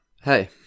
hey